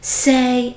say